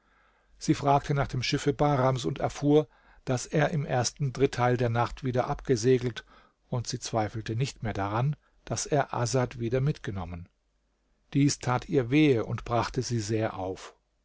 sie fragte nach dem schiffe bahrams und erfuhr daß er im ersten dritteil der nacht wieder abgesegelt und sie zweifelte nicht mehr daran daß er asad wieder mitgenommen dies tat ihr wehe und brachte sie sehr auf